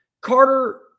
Carter